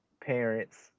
parents